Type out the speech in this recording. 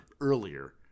earlier